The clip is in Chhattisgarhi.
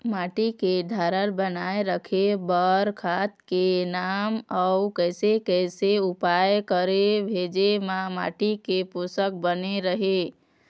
माटी के धारल बनाए रखे बार खाद के नाम अउ कैसे कैसे उपाय करें भेजे मा माटी के पोषक बने रहे?